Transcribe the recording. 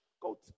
go